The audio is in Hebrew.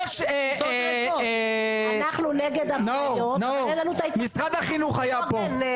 משרד החינוך היה פה.